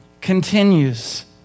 continues